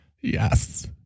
Yes